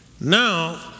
Now